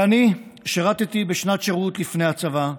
אני שירתי בשנת שירות לפני הצבא,